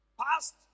Past